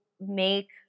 make